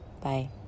Bye